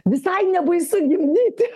visai nebaisu gimdyti